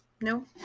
No